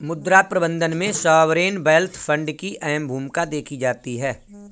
मुद्रा प्रबन्धन में सॉवरेन वेल्थ फंड की अहम भूमिका देखी जाती है